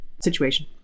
situation